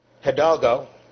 Hidalgo